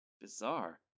Bizarre